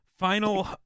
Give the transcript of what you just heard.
Final